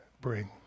bring